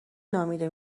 نامیده